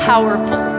powerful